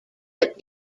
but